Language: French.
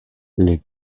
les